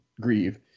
Grieve